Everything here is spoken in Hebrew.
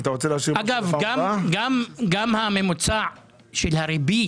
גם הממוצע של הריבית,